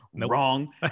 Wrong